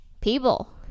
people